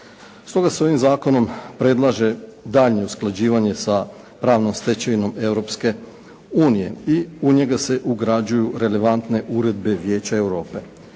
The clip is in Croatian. Stoga se ovim zakonom predlaže daljnje usklađivanje sa pravnom stečevinom Europske unije i u njega se ugrađuju relevantne uredbe Vijeća Europe.